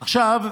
עכשיו,